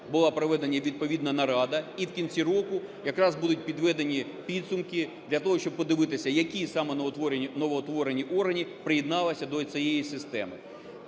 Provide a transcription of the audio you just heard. була проведена відповідна нарада. І в кінці року якраз будуть підведені підсумки для того, щоб подивитися, які саме новоутворені органи приєдналися до цієї системи.